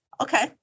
okay